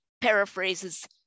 paraphrases